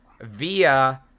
via